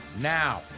Now